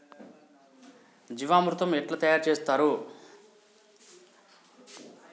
జీవామృతం ఎట్లా తయారు చేత్తరు?